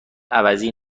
عوضی